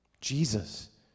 Jesus